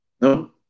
no